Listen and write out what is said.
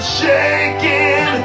shaking